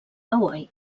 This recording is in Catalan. hawaii